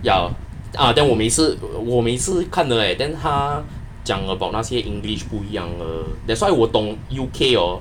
ya uh then 我每次看我每次看的 leh then 他讲 about 那些 english 不一样的 that's why 我懂 U_K hor